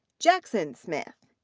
jackson smith.